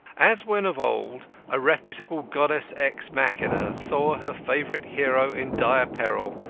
as when of old a reputable goddess ex machina saw her favourite hero in dire peril,